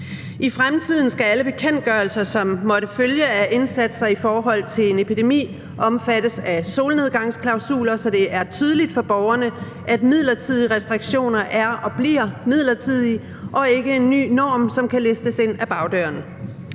I fremtiden skal alle bekendtgørelser, som måtte følge af indsatser i forhold til en epidemi, omfattes af solnedgangsklausuler, så det er tydeligt for borgerne, at midlertidige restriktioner er og bliver midlertidige og ikke en ny norm, som kan listes ind ad bagdøren.